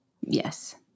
Yes